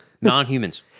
Non-humans